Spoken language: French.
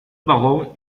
baron